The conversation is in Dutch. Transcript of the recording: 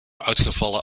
uitgevallen